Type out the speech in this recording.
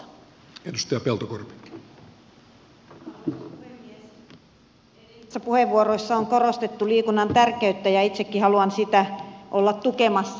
edellisissä puheenvuoroissa on korostettu liikunnan tärkeyttä ja itsekin haluan sitä olla tukemassa